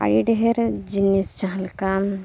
ᱟᱹᱰᱤ ᱰᱷᱮᱨ ᱡᱤᱱᱤᱥ ᱡᱟᱦᱟᱸᱞᱮᱠᱟ